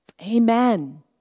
Amen